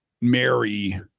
mary